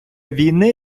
війни